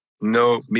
no